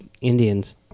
Indians